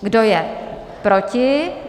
Kdo je proti?